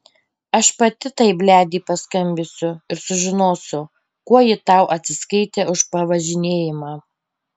aš pati tai bledei paskambinsiu ir sužinosiu kuo ji tau atsiskaitė už pavažinėjimą